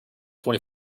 twenty